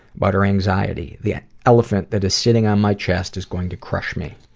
but her anxiety, the elephant that is sitting on my chest is going to crush me.